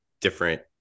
different